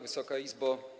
Wysoka Izbo!